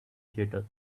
theater